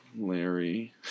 Larry